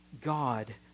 God